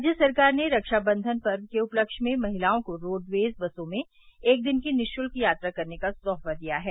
राज्य सरकार ने रक्षाबंधन पर्व के उपलक्ष्य में महिलाओं को रोडवेज़ बसों में एक दिन की निशुल्क यात्रा करने का तोहफ़ा दिया है